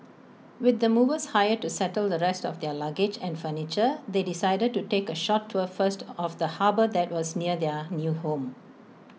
with the movers hired to settle the rest of their luggage and furniture they decided to take A short tour first of the harbour that was near their new home